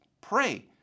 pray